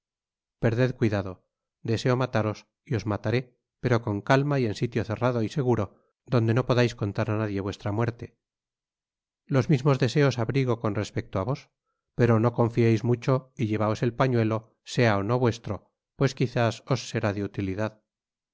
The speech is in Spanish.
perded cuidado deseo mataros y os mataré pero con calma y en sitio cerrado y seguro donde no podais contar á nadie vuestra muerte los mismos deseos abrigo con rospecto á vos pero no confieis mucho y llevaos el pañuelo sea ó no vuestro pues quizás os será de utilidad